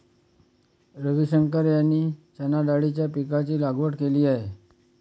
रविशंकर यांनी चणाडाळीच्या पीकाची लागवड केली आहे